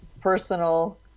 personal